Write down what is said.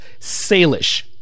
salish